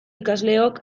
ikasleok